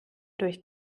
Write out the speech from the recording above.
durch